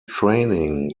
training